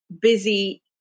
busy